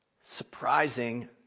surprising